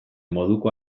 moduko